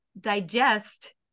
digest